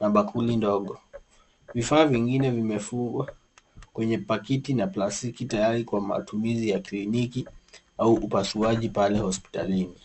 na bakuli ndogo. Vifaa vingine vimefungwa kwenye paketi na plastiki tayari kwa matumizi ya kliniki au upasuaji pale hospitalini.